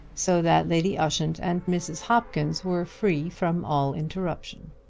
so that lady ushant and mrs. hopkins were free from all interruption.